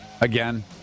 again